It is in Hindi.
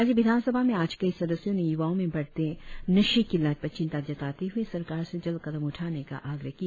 राज्य विधानसभा में आज कई सदस्यों ने य्वाओं में बढ़ती नशे की लत पर चिंता जताते हए सरकार से जल्द कदम उठाने का आग्रह किया